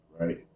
right